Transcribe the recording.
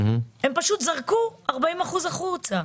הם פשוט זרקו 40% החוצה,